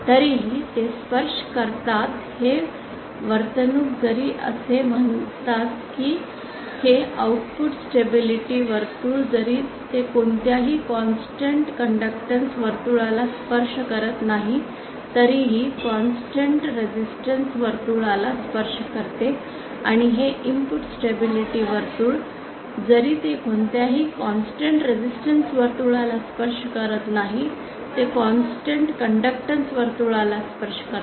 तरीही ते स्पर्श करतात हे वर्तणूक जरी असे म्हणतात की हे आउटपुट स्टेबिलिटी वर्तुळ जरी ते कोणत्याही कॉन्स्टन्ट कंडक्टन्स वर्तुळाला स्पर्श करत नाही तरीही ते कॉन्स्टन्ट रेसिस्टन्स वर्तुळाला स्पर्श करते आणि हे इनपुट स्टेबिलिटी वर्तुळ जरी ते कोणत्याही कॉन्स्टन्ट रेसिस्टन्स वर्तुळाला स्पर्श करत नाही ते कॉन्स्टन्ट कंडक्टन्स वर्तुळाला स्पर्श करते